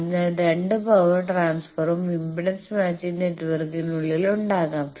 അതിനാൽ രണ്ട് പവർ ട്രാൻസ്ഫറും ഇംപെഡൻസ് മാച്ചിംഗ് നെറ്റ്വർക്കിനുള്ളിൽ ഉണ്ടാകാം